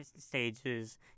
stages